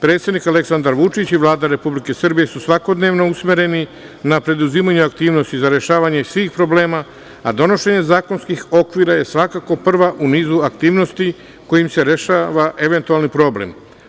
Predsednik Aleksandar Vučić i Vlada Republike Srbije su svakodnevno usmereni na preduzimanje aktivnosti za rešavanje svih problema, a donošenje zakonskih okvira je svakako prva u nizu aktivnosti kojim se rešava eventualni problem.